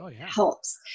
helps